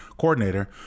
coordinator